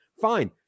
Fine